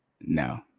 No